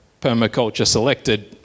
permaculture-selected